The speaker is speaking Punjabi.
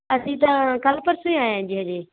ਅਸੀਂ ਤਾਂ ਕੱਲ੍ਹ ਹੀ ਪਰਸੋਂ ਆਏ ਹਾਂ ਜੀ ਹਜੇ